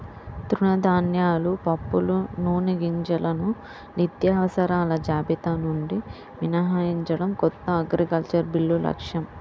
తృణధాన్యాలు, పప్పులు, నూనెగింజలను నిత్యావసరాల జాబితా నుండి మినహాయించడం కొత్త అగ్రికల్చరల్ బిల్లు లక్ష్యం